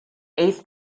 eighth